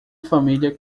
família